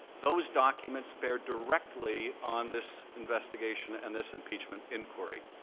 those documents bear directly on this investigation and this impeachment inquiry.